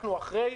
בדקנו אחרי,